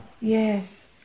Yes